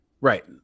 Right